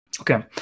Okay